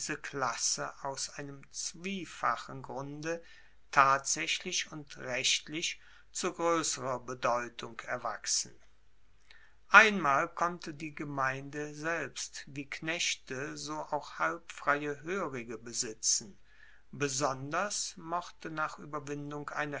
klasse aus einem zwiefachen grunde tatsaechlich und rechtlich zu groesserer bedeutung erwachsen einmal konnte die gemeinde selbst wie knechte so auch halbfreie hoerige besitzen besonders mochte nach ueberwindung einer